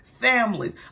families